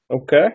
Okay